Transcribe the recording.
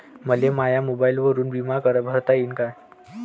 मले माया मोबाईलवरून बिमा भरता येईन का?